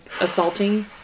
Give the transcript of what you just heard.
assaulting